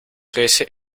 trece